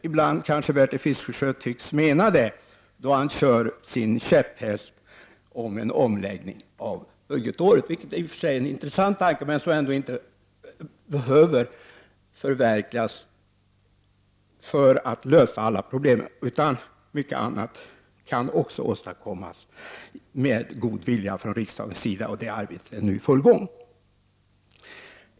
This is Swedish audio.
Ibland tycks Bertil Fiskesjö mena detta, då han kommer med sin käpphäst om en omläggning av budgetåret, vilket i och för sig är en intressant tanke men som inte är nödvändigt för att lösa alla problem. Mycket annat kan också åstadkommas med god vilja från riksdagens sida, och arbetet är nu i full gång.